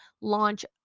launch